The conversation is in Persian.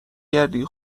گردی